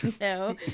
No